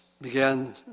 began